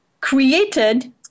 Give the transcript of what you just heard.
created